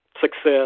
success